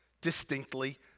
distinctly